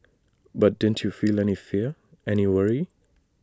but didn't you feel any fear any worry